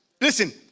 Listen